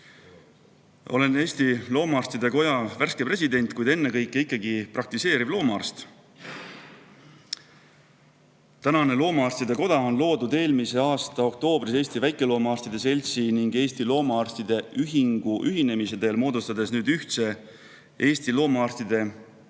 Eesti Loomaarstide Koja värske president, kuid ennekõike ikkagi praktiseeriv loomaarst. Praegune loomaarstide koda on loodud eelmise aasta oktoobris Eesti Väikeloomaarstide Seltsi ning Eesti Loomaarstide Ühingu ühinemise teel ning sellise nimega moodustab see nüüd Eesti loomaarstide